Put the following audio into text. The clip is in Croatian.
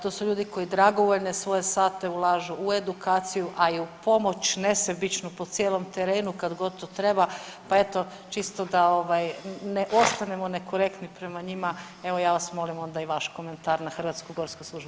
To su ljudi koji dragovoljne svoje sate ulažu u edukaciju, a i u pomoć nesebičnu po cijelom terenu pa god to treba, pa eto čisto da ovaj ne ostanemo nekorektni prema njima, evo ja vas molim onda i vaš komentar na HGSS.